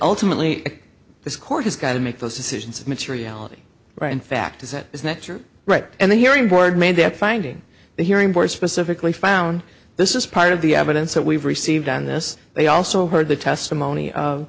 ultimately this court has got to make those decisions of materiality right in fact as it is natural right and the hearing board made that finding the hearing voices pacifically found this is part of the evidence that we've received on this they also heard the testimony of